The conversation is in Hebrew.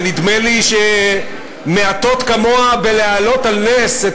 שנדמה לי שמעטות כמוה המעלות על נס את